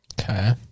Okay